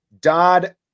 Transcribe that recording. Dodd